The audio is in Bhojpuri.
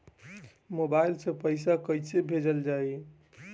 मोबाइल से पैसा कैसे भेजल जाइ?